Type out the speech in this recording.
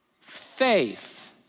faith